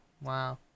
Wow